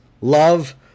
Love